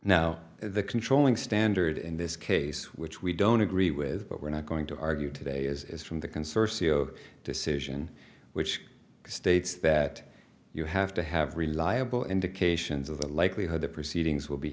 now the controlling standard in this case which we don't agree with but we're not going to argue today as is from the consortium decision which states that you have to have reliable indications of the likelihood the proceedings will be